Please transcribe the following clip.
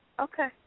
Okay